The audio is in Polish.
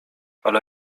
ale